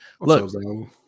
Look